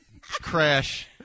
crash